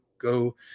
go